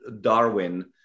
Darwin